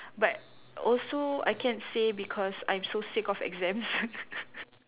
but also I can't say because I'm so sick of exams